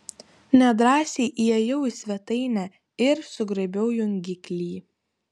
nedrąsiai įėjau į svetainę ir sugraibiau jungiklį